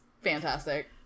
fantastic